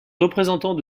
représentant